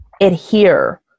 adhere